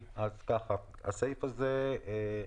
תקנה 9 עברה.